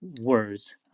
words